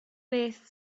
beth